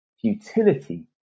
futility